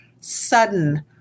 sudden